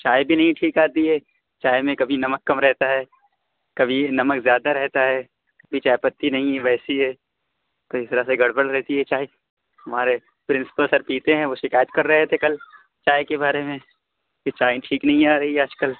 چائے بھی نہیں ٹھیک آتی ہے چائے میں کبھی نمک کم رہتا ہے کبھی نمک زیادہ رہتا ہے کبھی چائے پتی نہیں ہے ویسی ہے تو اس طرح سے گڑبڑ رہتی ہے چائے ہمارے پرنسپل سر پیتے ہیں وہ شکایت کر رہے تھے کل چائے کے بارے میں کہ چائیں ٹھیک نہیں آ رہی ہے آج کل